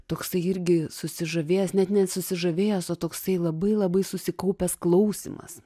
toksai irgi susižavėjęs net ne susižavėjęs o toksai labai labai susikaupęs klausymas